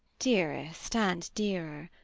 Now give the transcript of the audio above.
dearest and dearer,